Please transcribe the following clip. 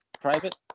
Private